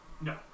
No